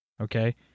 okay